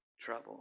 trouble